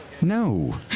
No